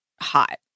Hot